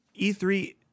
E3